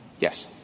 Yes